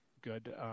good